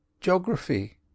geography